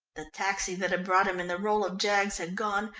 the taxi that had brought him in the role of jaggs had gone,